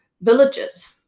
villages